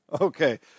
Okay